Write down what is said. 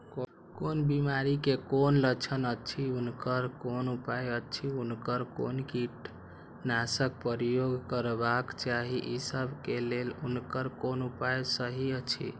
कोन बिमारी के कोन लक्षण अछि उनकर कोन उपाय अछि उनकर कोन कीटनाशक प्रयोग करबाक चाही ई सब के लेल उनकर कोन उपाय सहि अछि?